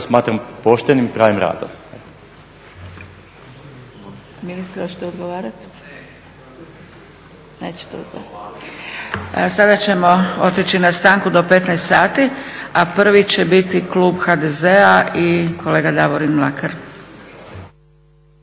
smatram poštenim i pravim radom.